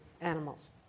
animals